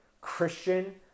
Christian